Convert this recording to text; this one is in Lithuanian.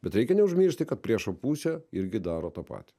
bet reikia neužmiršti kad priešo pusė irgi daro tą patį